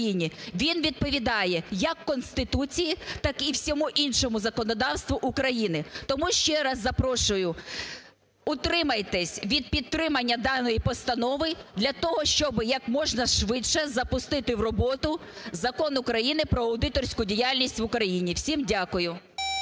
Він відповідає як Конституції, так і всьому іншому законодавству України. Тому ще раз запрошую, утримайтесь від підтримання даної постанови для того, щоб як можна швидше запустити в роботу Закон України про аудиторську діяльність в Україні. Всім дякую.